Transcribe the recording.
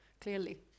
clearly